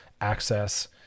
access